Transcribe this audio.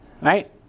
Right